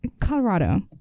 Colorado